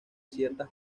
ciertas